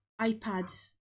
iPads